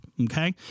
okay